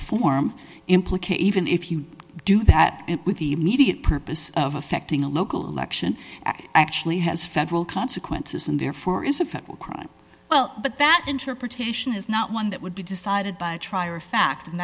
form implication if you do that with the immediate purpose of affecting a local election actually has federal consequences and therefore is a federal crime well but that interpretation is not one that would be decided by a tribe or a fact and